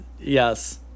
yes